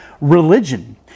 religion